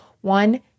One